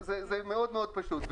זה מאוד מאוד פשוט.